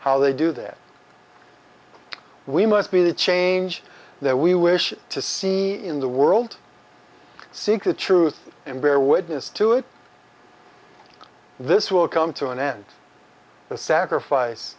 how they do that we must be the change that we wish to see in the world seek the truth and bear witness to it this will come to an end the sacrifice